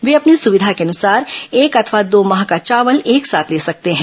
वे अपनी सुविधा के अनुसार एक अथवा दो माह का चावल एक साथ ले सकते हैं